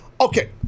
Okay